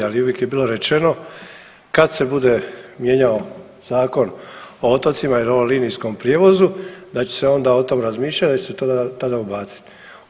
Ali uvijek je bilo rečeno kad se bude mijenjao Zakon o otocima ili o linijskom prijevozu da će se onda o tome razmišljat da će se tada ubaciti.